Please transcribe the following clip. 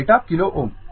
এটা kilo Ω